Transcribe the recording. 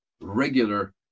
regular